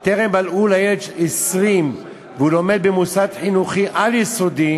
שאם טרם מלאו לילד 20 והוא לומד במוסד חינוכי על-יסודי